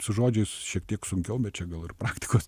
su žodžiais šiek tiek sunkiau bet čia gal ir praktikos